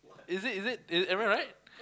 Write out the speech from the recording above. is it is it is everyone alright